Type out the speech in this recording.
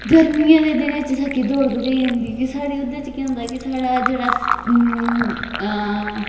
गर्मियैं दे दिने च दौड़ करन नेी होंदी कि जेह्ड़ा साढ़ा